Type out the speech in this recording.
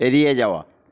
এড়িয়ে যাওয়া